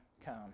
come